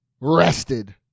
Rested